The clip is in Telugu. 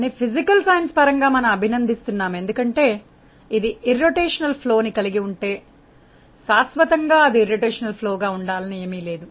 కానీ భౌతికంగా మనము కనీసం అభినందిస్తున్నాము ఎందుకంటే అది భ్రమణ రహిత ప్రవహం కలిగి ఉంటే శాశ్వతంగా అది భ్రమణ రహిత ప్రవాహం గా ఉండాలని ఏమీ లేదు